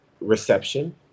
reception